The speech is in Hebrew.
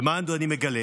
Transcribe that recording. ומה עוד אני מגלה?